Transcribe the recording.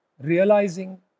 realizing